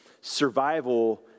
survival